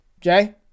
Jay